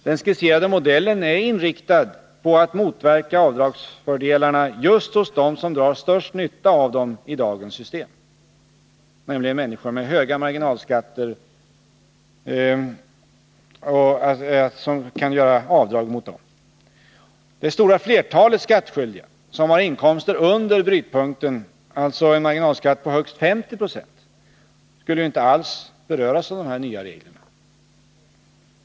Den skisserade modellen är inriktad på att motverka avdragsfördelarna just hos dem som drar störst nytta av dem i dagens system, nämligen människor med höga marginalskatter att göra avdragen mot. Det stora flertalet skattskyldiga som har inkomster under brytpunkten, alltså en marginalskatt på högst 50 26, skulle inte alls beröras av de nya reglerna.